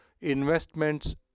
investments